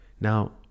now